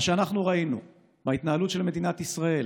מה שאנחנו ראינו בהתנהלות של מדינת ישראל,